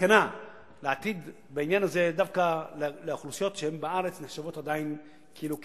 סכנה לעתיד דווקא לאוכלוסיות שבארץ הן נחשבות עדיין כאילו כמיעוט.